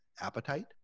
appetite